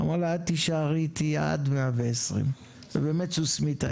אמרה לה עד תישארי איתי עד 120. ובאמת סוסמיתה